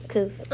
Cause